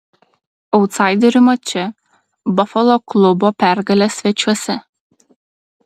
autsaiderių mače bafalo klubo pergalė svečiuose